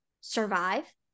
Survive